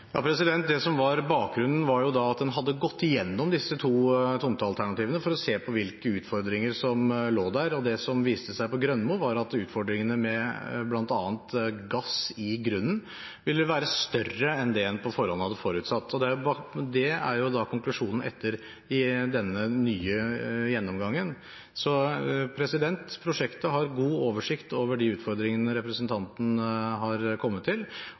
Det som var bakgrunnen, var at man hadde gått gjennom disse to tomtealternativene for å se på hvilke utfordringer som lå der. Det som viste seg på Grønmo, var at utfordringene med bl.a. gass i grunnen ville være større enn det man på forhånd hadde forutsatt. Det er konklusjonen etter den nye gjennomgangen. Prosjektet har god oversikt over de utfordringene representanten